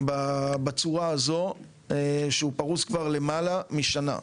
בצורה הזו שהוא פרוס כבר למעלה משנה.